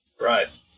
right